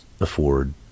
afford